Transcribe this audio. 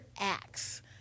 acts